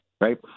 right